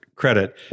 credit